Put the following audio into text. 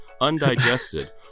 undigested